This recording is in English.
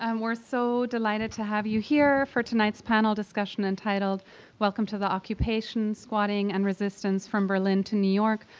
um we're so delighted to have you here for tonight's panel discussion entitled welcome to the occupation squatting and resistance from berlin to new york,